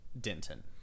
Denton